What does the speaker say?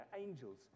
angels